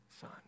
son